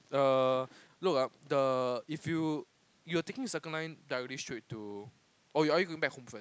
err no a the if you you are taking Circle-Line directly straight to or are you going back home first